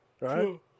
Right